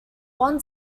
won